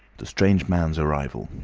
the strange man's arrival